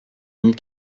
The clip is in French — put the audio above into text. mille